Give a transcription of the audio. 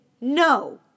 No